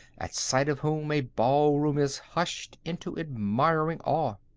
at sight of whom a ball-room is hushed into admiring awe.